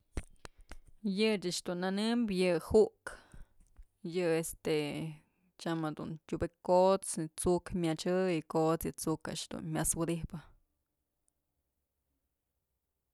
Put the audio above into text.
Yëch ëch dun nënëm yë ju'ukë yë estetyam jedun tyubëk kot's yë t'suk myachë y kot's yë t'suk a'ax dun myas wëdyjpë.